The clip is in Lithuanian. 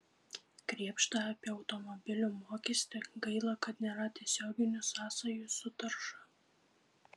krėpšta apie automobilių mokestį gaila kad nėra tiesioginių sąsajų su tarša